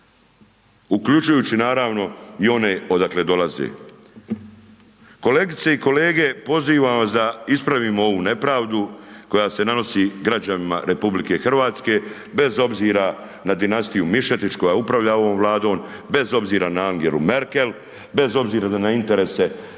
uključujući naravno i one odakle dolaze. Kolegice i kolege pozivam vas da ispravimo ovu nepravdu koja se nanosi građanima RH bez obzira na dinastiju Mišetić koja upravlja ovom Vladom, bez obzira na Angelu Merkel, bez obzira na interese činovnika